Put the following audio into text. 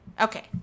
Okay